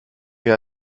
mir